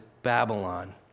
Babylon